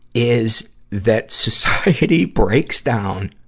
is that society breaks down,